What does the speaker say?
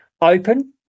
open